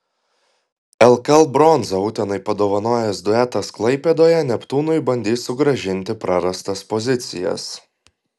lkl bronzą utenai padovanojęs duetas klaipėdoje neptūnui bandys sugrąžinti prarastas pozicijas